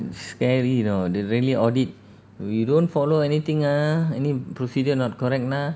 scary you know they really audit you don't follow anything ah any procedure not correct nah